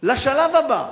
לשלב הבא.